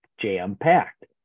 jam-packed